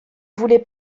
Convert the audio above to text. voulez